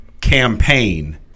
campaign